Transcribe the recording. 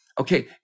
okay